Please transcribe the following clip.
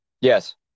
Yes